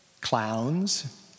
clowns